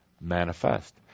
manifest